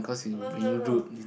no no no